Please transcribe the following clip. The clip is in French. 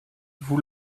vous